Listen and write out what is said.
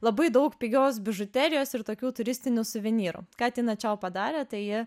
labai daug pigios bižuterijos ir tokių turistinių suvenyrų ką tina čiau padarė tai